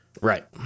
Right